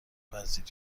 پذیری